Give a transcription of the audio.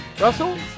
Russell